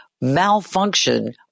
malfunction